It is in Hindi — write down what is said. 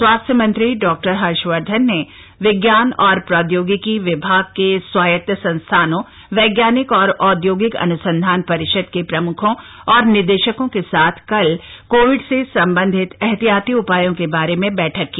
स्वास्थ्य मंत्री डॉ हर्षवर्धन ने विज्ञान और प्रौद्योगिकी विभाग के स्वायत्त संस्थानों वैज्ञानिक और औद्योगिक अन्संधान परिषद के प्रम्खों और निदेशकों के साथ कल कोविड से संबंधित ऐहतियाती उपायों के बारे में बैठक की